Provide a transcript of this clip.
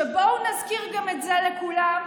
שבואו נזכיר גם את זה לכולם,